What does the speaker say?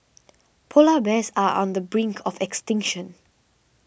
Polar Bears are on the brink of extinction